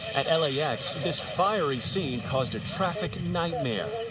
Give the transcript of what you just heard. at lax this fiery scene caused a traffic and nightmare.